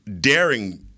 daring